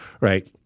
right